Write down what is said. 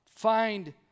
Find